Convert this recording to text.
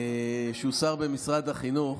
שהוא שר במשרד החינוך,